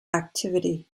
activity